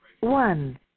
one